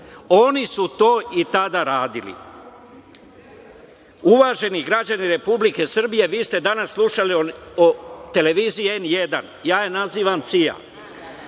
Oni su to i tada radili. Uvaženi građani Republike Srbije, vi ste danas slušali o televiziji "N1", ja je nazivam CIA.